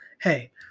Hey